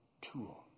tool